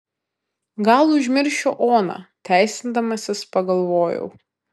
gal užmiršiu oną teisindamasis pagalvojau